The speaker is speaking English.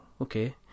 okay